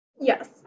Yes